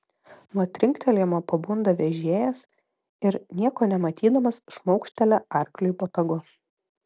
nuo trinktelėjimo pabunda vežėjas ir nieko nematydamas šmaukštelia arkliui botagu